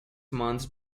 months